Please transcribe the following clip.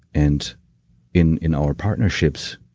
and in in our partnerships,